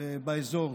באזור